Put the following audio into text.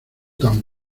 tan